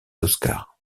oscars